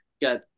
Got